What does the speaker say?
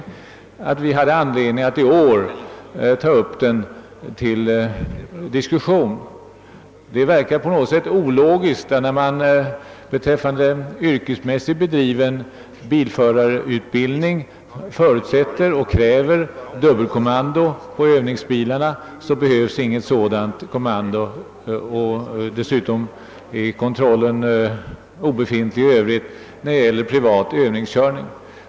Vi motionärer har därför funnit anledning att i år ta upp den till diskussion. Det verkar ju ologiskt att myndigheterna när det gäller yrkesmässigt bedriven bilförarutbildning kräver att det skall vara dubbelkommando på övningsbilarna, medan något sådant kommando inte behövs vid privat utbildning av det aktuella slaget. Dessutom är kontrollen även i Övrigt obefintlig vid privat övningskörning.